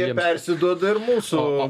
jie persiduoda ir mūsų